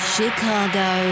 Chicago